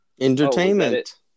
Entertainment